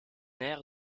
air